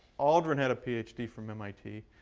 aldren had a ph d. from mit.